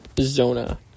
Zona